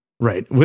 Right